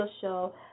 show